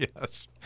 yes